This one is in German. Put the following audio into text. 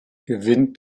gewinnt